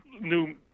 new